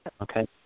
Okay